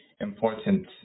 important